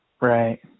Right